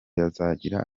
bazagira